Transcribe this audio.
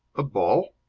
a ball?